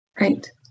Right